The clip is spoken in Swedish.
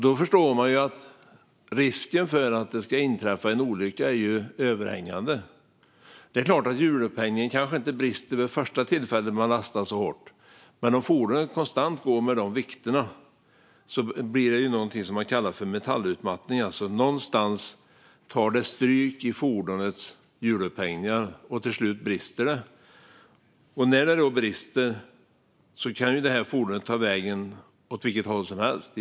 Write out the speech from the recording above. Då förstår man ju att risken för att det ska inträffa en olycka är överhängande. Det är klart att hjulupphängningen kanske inte brister vid det första tillfället man lastar så hårt, men om fordonet konstant går med dessa vikter sker någonting som kallas metallutmattning. Någonstans tar det stryk i fordonets hjulupphängningar, och till slut brister det. När det brister kan fordonet ta vägen åt vilket håll som helst.